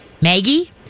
Maggie